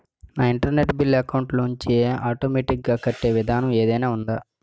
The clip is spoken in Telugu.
నా ఇంటర్నెట్ బిల్లు అకౌంట్ లోంచి ఆటోమేటిక్ గా కట్టే విధానం ఏదైనా ఉందా?